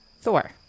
Thor